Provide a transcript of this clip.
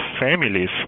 families